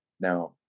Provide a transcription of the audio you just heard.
Now